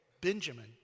Benjamin